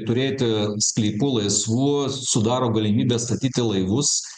turėti sklypų laisvų sudaro galimybę statyti laivus